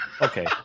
Okay